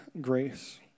grace